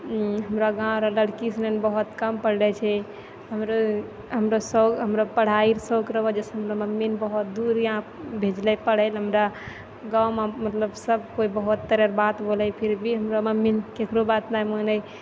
हमरा गाँव अरा लड़की सब बहुत कम पढ़ले छै हमरो पढ़ाइके सौखके वजहसँ हमर मम्मीने बहुत दूर भेजलक पढ़ैलए हमरा गाँवमे मतलब सबकोइ बहुत तरहके बात बोलै फिर भी हमर मम्मी ककरो बात नहि मानै